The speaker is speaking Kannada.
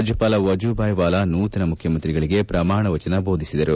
ರಾಜ್ಲಪಾಲ ವಜೂಭಾಯಿ ವಾಲಾ ನೂತನ ಮುಖ್ಯಮಂತ್ರಿಗಳಿಗೆ ಪ್ರಮಾಣ ವಚನ ಬೋಧಿಸಿದರು